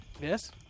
Yes